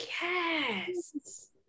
yes